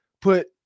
put